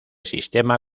sistema